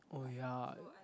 oh ya